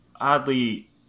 oddly